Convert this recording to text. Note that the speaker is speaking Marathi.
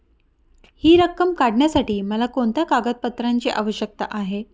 हि रक्कम काढण्यासाठी मला कोणत्या कागदपत्रांची आवश्यकता आहे?